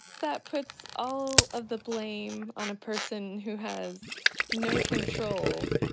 that puts all of the blame on a person who has no control.